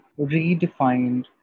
redefined